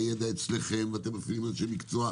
הידע אצלכם ואתם מפעילים אנשי מקצוע,